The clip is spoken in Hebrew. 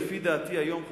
לדעתי היום,